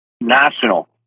national